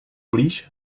blíž